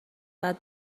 بعد